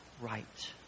right